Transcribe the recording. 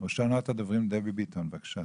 ראשונת הדוברים, דבי ביטון, בבקשה.